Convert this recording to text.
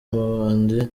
mabandi